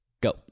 go